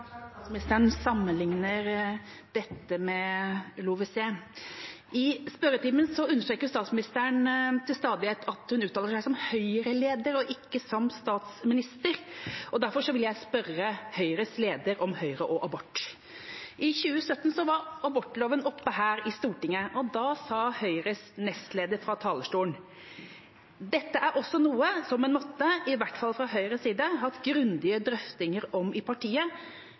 statsministeren sammenligner dette med LoVeSe. I spørretimen understreker statsministeren til stadighet at hun uttaler seg som Høyre-leder og ikke som statsminister, og derfor vil jeg spørre Høyres leder om Høyre og abort. I 2017 var abortloven oppe her i Stortinget, og da sa Høyres nestleder fra talerstolen: «Dette er også noe som en måtte – iallfall fra Høyres side – hatt grundige drøftinger om i partiet,